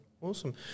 Awesome